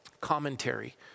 commentary